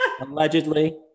Allegedly